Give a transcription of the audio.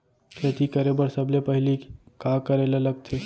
खेती करे बर सबले पहिली का करे ला लगथे?